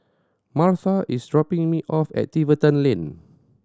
Martha is dropping me off at Tiverton Lane